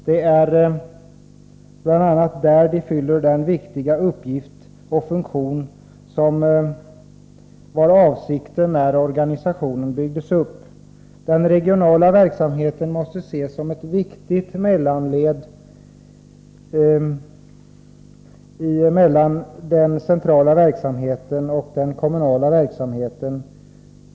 Det är bl.a. där som de fyller den viktiga funktion som var avsikten när organisationen byggdes upp. Den regionala verksamheten måste ses som ett värdefullt led mellan verksamheten på central och kommunal nivå.